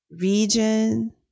region